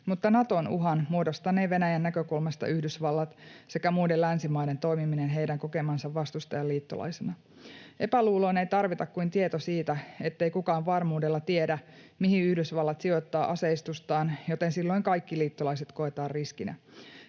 mutta Naton uhan muodostanee Venäjän näkökulmasta Yhdysvallat sekä muiden länsimaiden toimiminen heidän kokemansa vastustajan liittolaisena. Epäluuloon ei tarvita kuin tieto siitä, ettei kukaan varmuudella tiedä, mihin Yhdysvallat sijoittaa aseistustaan, joten silloin kaikki liittolaiset koetaan riskinä.